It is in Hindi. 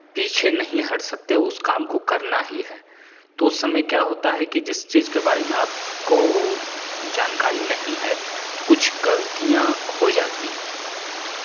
पीछे नहीं हट सकते उस काम तो करना ही है तो उस समय क्या होता है कि जिस चीज़ के बारे में आप को जानकारी नहीं है कुछ गलतियाँ हो जाती है